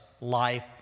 life